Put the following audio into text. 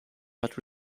but